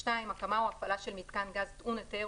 הקמה או הפעלה של מיתקן גז טעון היתר